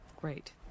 Great